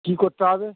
কী করতে হবে